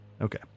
okay